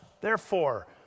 Therefore